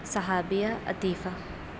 صحابیہ عطیقہ